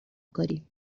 کاری